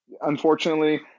unfortunately